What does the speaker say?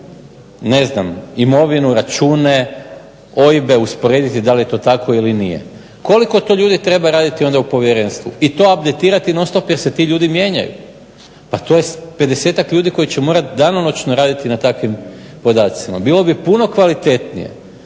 njihove imovinu, račune, OIB-e usporediti da li je to tako ili nije. Koliko to ljudi treba raditi onda u povjerenstvu i to …/Govornik se ne razumije./… non-stop jer se ti ljudi mijenjaju. Pa to je 50-tak ljudi koji će morat danonoćno raditi na takvim podacima. Bilo bi puno kvalitetnije